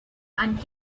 and